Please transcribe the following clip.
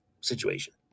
situation